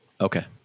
okay